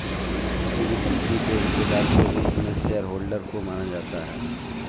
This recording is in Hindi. किसी भी कम्पनी के हिस्सेदार के रूप में शेयरहोल्डर को माना जाता है